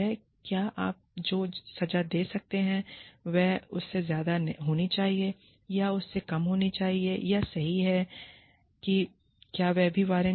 और क्या आप जो सजा दे रहे हैं वह उससे ज्यादा होनी चाहिए या उससे कम होनी चाहिए या यह सही है कि क्या यह भी वारंट है